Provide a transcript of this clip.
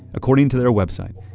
according to their website,